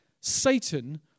Satan